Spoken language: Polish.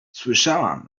słyszałam